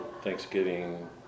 thanksgiving